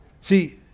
See